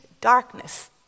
darkness